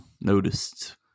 noticed